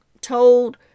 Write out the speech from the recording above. Told